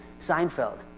Seinfeld